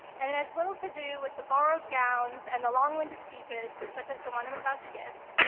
and it has little to do with the borrowed gowns and the long-winded speeches such as the one i'm about to give,